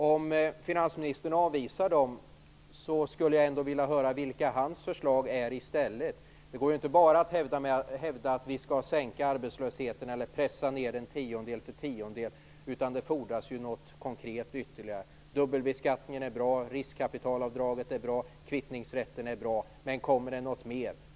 Om finansministern avvisar dem, skulle jag ändå vilja höra vilka förslag han har i stället. Det går inte bara att hävda att vi skall sänka arbetslösheten eller pressa ned den tiondedel för tiondedel, utan det fordras något konkret. Slopande av dubbelbeskattningen är bra, riskkapitalavdraget är bra och kvittningsrätten är bra, men kommer det något mer?